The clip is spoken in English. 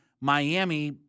Miami